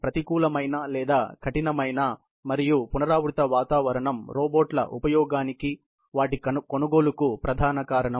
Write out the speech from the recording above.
ప్రతికూలమైన లేదా కఠినమైన మరియు పునరావృత వాతావరణంలో రోబోట్ల ఉపయోగం వాస్తవానికి వాటి కొనుగోలుకు ప్రధాన కారణం